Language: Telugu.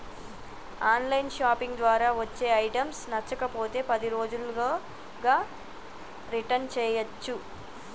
ఆన్ లైన్ షాపింగ్ ద్వారా వచ్చే ఐటమ్స్ నచ్చకపోతే పది రోజుల్లోగా రిటర్న్ చేయ్యచ్చు